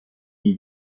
nie